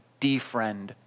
defriend